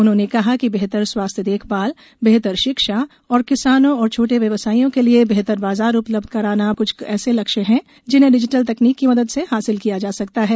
उन्होंने कहा कि बेहतर स्वास्थ्य देखभाल बेहतर शिक्षा और किसानों और छोटे व्यवसाइयों के लिए बेहतर बाजार उपलब्ध कराना कुछ ऐसे लक्ष्य हैं जिन्हें डिजिटल तकनीक की मदद से हासिल किया जा सकता है